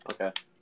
Okay